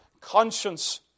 conscience